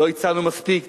לא הצענו מספיק,